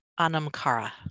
Anamkara